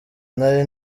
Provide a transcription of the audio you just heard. nari